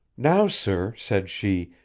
now sir, said she,